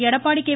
Edappadi K